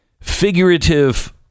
figurative